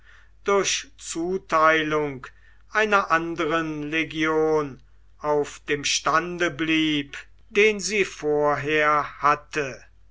durch zuteilung einer anderen legion auf dem stande blieb den sie vorher hatte